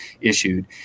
issued